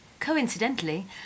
Coincidentally